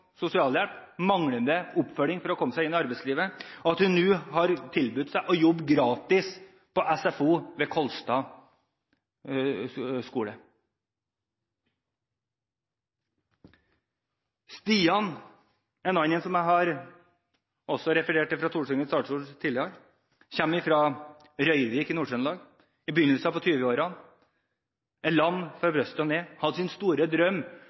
sosialhjelp, og at hun på grunn av manglende oppfølging for å komme seg inn i arbeidslivet, nå har tilbudt seg å jobbe gratis på SFO ved Kolstad skole. Stian er en annen som jeg også har referert til tidligere fra Stortingets talerstol. Han kommer fra Røyrvik i Nord-Trøndelag. Han er i begynnelsen av 20-årene og lam fra brystet og ned. Hans store drøm